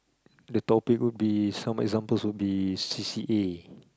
the topic would be some examples would be c_c_a